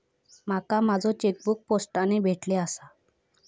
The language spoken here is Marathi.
माका माझो चेकबुक पोस्टाने भेटले आसा